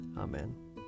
Amen